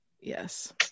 Yes